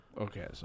Okay